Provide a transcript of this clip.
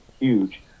huge